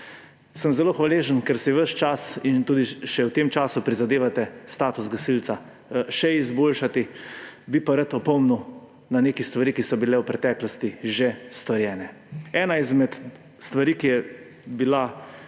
Zelo sem hvaležen, ker si ves čas in tudi še v tem času prizadevate status gasilca še izboljšati, bi pa rad opomnil na nekaj stvari, ki so bile v preteklosti že storjene. Ena izmed stvari, ki so bile